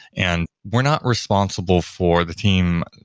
and we're not responsible for the team,